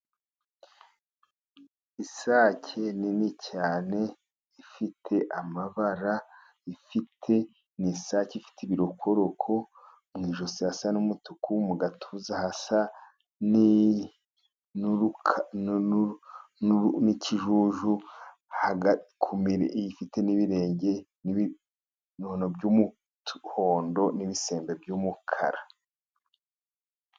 Isake nini cyane ifite amabara, ni isake ifite ibirokoroko mu ijosi hasa n'umutuku, mu gatuza hasa n'ikijuju, ifite n'ibirenge n'ibinono by'umuhondo, n'ibisembe by'umukara.